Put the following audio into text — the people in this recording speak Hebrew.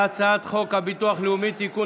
ההצעה להעביר את הצעת חוק ביטוח לאומי (תיקון,